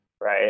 right